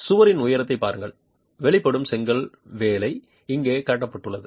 சுவரின் உயரத்தைப் பாருங்கள் வெளிப்படும் செங்கல் வேலை இங்கே காட்டப்பட்டுள்ளது